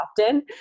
often